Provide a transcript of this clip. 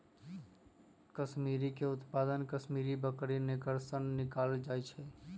कस्मिरीके उत्पादन कस्मिरि बकरी एकर सन निकालल जाइ छै